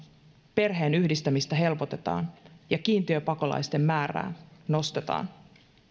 perheenyhdistämistä helpotetaan ja kiintiöpakolaisten määrää nostetaan